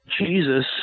Jesus